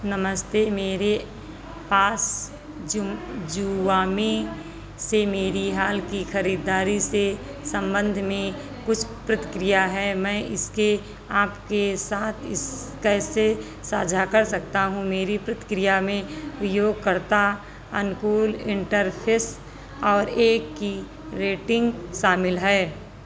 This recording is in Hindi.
नमस्ते मेरे पास जूम जूवामे से मेरी हाल की खरीदारी से संबंध में कुछ प्रतिक्रिया है मैं इसे के आपके साथ इस कैसे साझा कर सकता हूं मेरी प्रतिक्रिया में उपयोगकर्ता अनुकूल इंटरफेस और एक की रेटिंग शामिल है